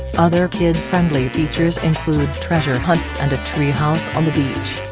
other kid-friendly features include treasure hunts and a tree house on the beach.